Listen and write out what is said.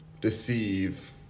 deceive